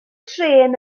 trên